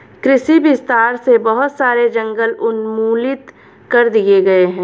कृषि विस्तार से बहुत सारे जंगल उन्मूलित कर दिए गए